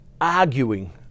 arguing